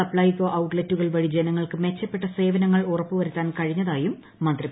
സപ്ലൈകോ ഔട്ട്ലെറ്റുകൾ വഴി ജനങ്ങൾക്ക് മെച്ചപ്പെട്ട സേവനങ്ങൾ ഉറപ്പ് വരുത്താൻ കഴിഞ്ഞതായും മന്ത്രി പറഞ്ഞു